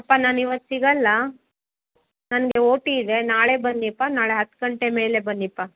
ಅಪ್ಪ ನಾನಿವತ್ತು ಸಿಗಲ್ಲ ನನಗೆ ಓ ಟಿ ಇದೆ ನಾಳೆ ಬನ್ನಿಪ್ಪ ನಾಳೆ ಹತ್ತು ಗಂಟೆ ಮೇಲೆ ಬನ್ನಿಪ್ಪ